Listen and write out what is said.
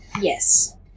Yes